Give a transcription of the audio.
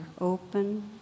open